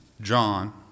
John